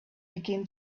begin